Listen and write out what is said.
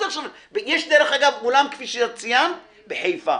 דרך אגב, יש אולם כפי שציינת בחיפה